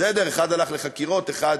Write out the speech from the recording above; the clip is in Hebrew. בסדר, אחד הלך לחקירות, אחד